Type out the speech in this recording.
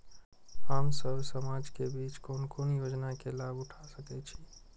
हम सब समाज के बीच कोन कोन योजना के लाभ उठा सके छी?